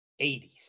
80s